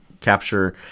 capture